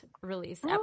release